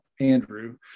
Andrew